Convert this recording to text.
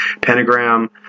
pentagram